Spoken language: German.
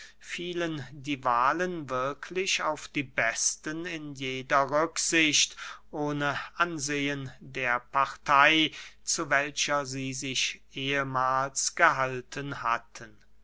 fielen die wahlen wirklich auf die besten in jeder rücksicht ohne ansehen der partey zu welcher sie sich ehemahls gehalten hatten